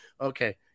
Okay